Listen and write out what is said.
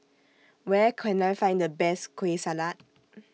Where Can I Find The Best Kueh Salat